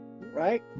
right